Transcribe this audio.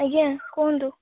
ଆଜ୍ଞା କୁହନ୍ତୁ